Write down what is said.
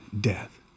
death